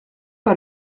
pas